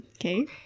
Okay